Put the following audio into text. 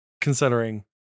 considering